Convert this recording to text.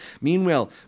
Meanwhile